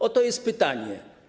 Oto jest pytanie.